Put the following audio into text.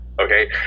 okay